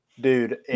Dude